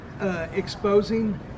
exposing